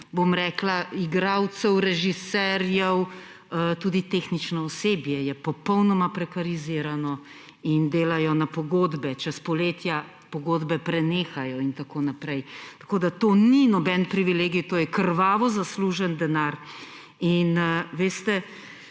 zaposlenih igralcev, režiserjev, tudi tehnično osebje je popolnoma prekarizirano in delajo na pogodbe, čez poletja pogodbe prenehajo in tako naprej, tako da to ni noben privilegij, to je krvavo zaslužen denar. Veste,